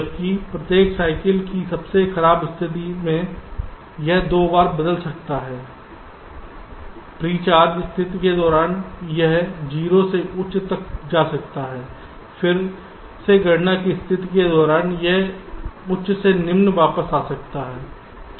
जबकि प्रत्येक साइकिल की सबसे खराब स्थिति में यह दो बार बदल सकता है प्री चार्ज स्थिति के दौरान यह 0 से उच्च तक जा सकता है फिर से गणना की स्थिति के दौरान यह उच्च से निम्न वापस जा सकता है